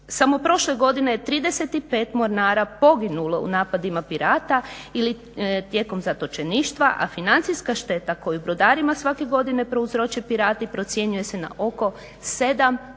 Samo prošle godine 35 mornara poginulo u napadima pirata ili tijekom zatočeništva, a financijska šteta koja brodarima svake godine prouzroče pirati procjenjuje se na oko 7 milijardi